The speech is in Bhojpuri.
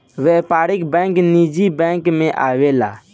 व्यापारिक बैंक निजी बैंक मे आवेला